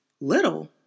Little